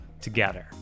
together